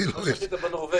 כמו שעשית בנורווגי...